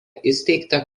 įsteigta